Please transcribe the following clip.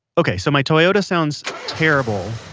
okay, so my toyota sounds terrible.